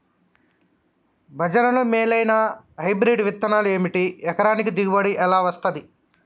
భజనలు మేలైనా హైబ్రిడ్ విత్తనాలు ఏమిటి? ఎకరానికి దిగుబడి ఎలా వస్తది?